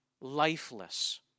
lifeless